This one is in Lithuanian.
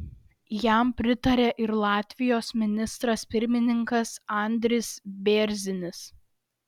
jam pritarė ir latvijos ministras pirmininkas andris bėrzinis